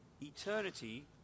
eternity